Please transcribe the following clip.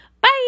Bye